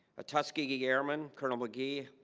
a tuskegee airmen colonel mcgee